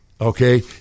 Okay